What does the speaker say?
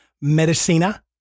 Medicina